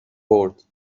برد